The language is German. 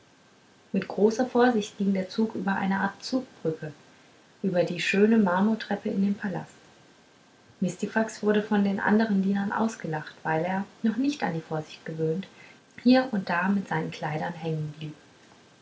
mit großer vorsicht ging der zug über eine art zugbrücke über die schöne marmortreppe in den palast mistifax wurde von den andern dienern ausgelacht weil er noch nicht an die vorsicht gewöhnt hier und da mit seinen kleidern hängen